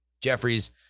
Jeffries